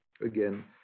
again